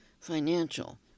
financial